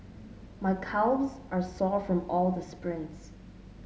my calves are sore from all the sprints